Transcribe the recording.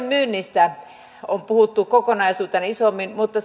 myynnistä on puhuttu kokonaisuutena isommin mutta